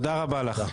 תודה רבה לך.